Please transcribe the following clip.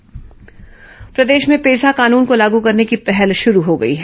पेसा कानून प्रर्देश में पेसा कानून को लागू करने की पहल शुरू हो गई है